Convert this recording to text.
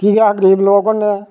कि के अस गरीब लोग होन्ने आं